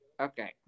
Okay